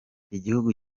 igihugu